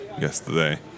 yesterday